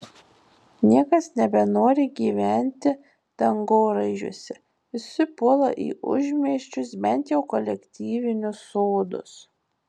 niekas nebenori gyventi dangoraižiuose visi puola į užmiesčius bent jau kolektyvinius sodus